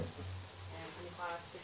אני קוטע